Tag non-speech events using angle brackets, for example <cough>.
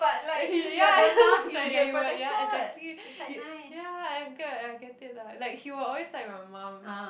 then he ya <laughs> then I was like you were ya exactly you ya I get I get it lah like he will always side my mum